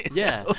yeah.